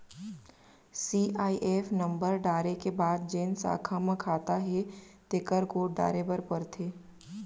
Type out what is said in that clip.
CIF number डारे के बाद जेन साखा म खाता हे तेकर कोड डारे बर परथे